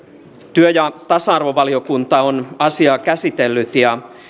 työ ja tasa arvovaliokunta on asiaa käsitellyt ja